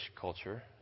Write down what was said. culture